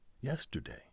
yesterday